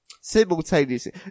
Simultaneously